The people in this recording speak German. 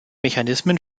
mechanismen